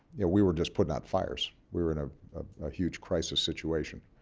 we were just putting out fires. we were in ah a huge crisis situation.